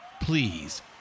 Please